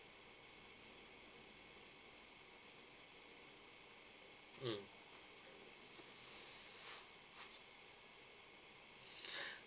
mm